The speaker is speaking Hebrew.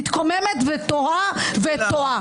מתקוממת ותוהה וטועה.